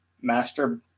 master